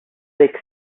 six